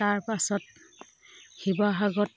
তাৰ পাছত শিৱসাগৰত